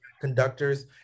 conductors